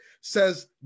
says